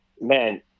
Man